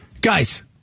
guys